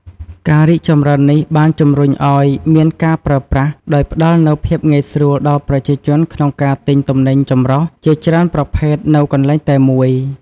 ការរីកចម្រើននេះបានជំរុញឲ្យមានការប្រើប្រាស់ ដោយផ្តល់នូវភាពងាយស្រួលដល់ប្រជាជនក្នុងការទិញទំនិញចម្រុះជាច្រើនប្រភេទនៅកន្លែងតែមួយ។